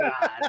god